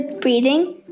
breathing